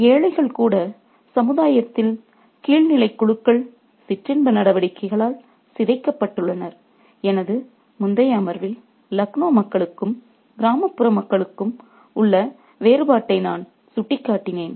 ஏழைகள் கூட சமுதாயத்தில் கீழ்நிலைக் குழுக்கள் சிற்றின்ப நடவடிக்கைகளால் சிதைக்கப்பட்டுள்ளனர் எனது முந்தைய அமர்வில் லக்னோ மக்களுக்கும் கிராமப்புற மக்களுக்கும் உள்ள வித்தியாசத்தை நான் சுட்டிக்காட்டினேன்